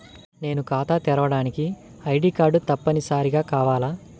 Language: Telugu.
నేను ఖాతా తెరవడానికి ఐ.డీ కార్డు తప్పనిసారిగా కావాలా?